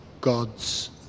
God's